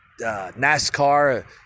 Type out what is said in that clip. NASCAR